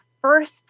first